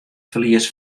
ferlies